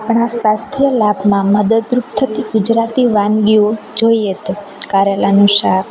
આપણાં સ્વાસ્થ્ય લાભમાં મદદરૂપ થતી ગુજરાતી વાનગીઓ જોઈએ તો કારેલાનું શાક